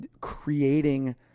creating